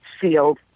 sealed